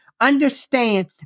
Understand